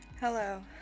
Hello